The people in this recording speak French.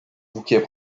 bouquet